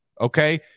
okay